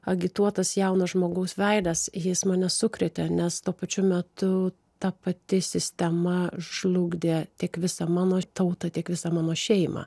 agituotas jauno žmogaus veidas jis mane sukrėtė nes tuo pačiu metu ta pati sistema žlugdė tiek visą mano tautą tiek visą mano šeimą